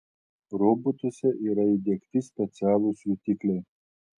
robotuose yra įdiegti specialūs jutikliai